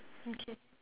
okay